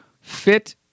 fit